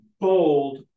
bold